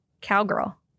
Cowgirl